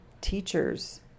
teachers